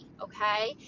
okay